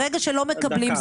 ברגע שלא מקבלים,